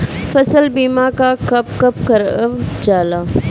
फसल बीमा का कब कब करव जाला?